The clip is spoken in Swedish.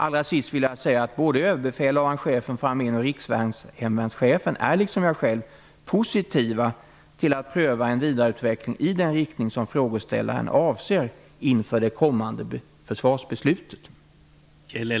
Allra sist vill jag säga att överbefälhavaren, chefen för armén och rikshemvärnschefen är lik som jag själv positiva till att inför det kommande försvarsbeslutet pröva en vidareutveckling i den riktning som frågeställaren avser.